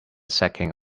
sacking